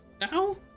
now